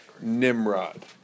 Nimrod